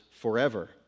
forever